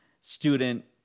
student